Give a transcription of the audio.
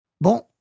Bon